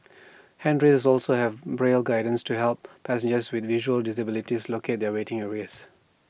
handrails also have braille guidance to help passengers with visual disabilities locate their waiting areas